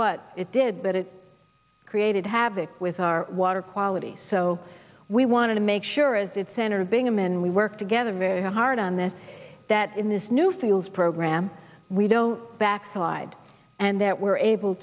what it did but it created havoc with our water quality so we wanted to make sure as did senator bingaman we work together very hard on this that in this new fields program we don't backslide and that we're able